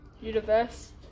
Universe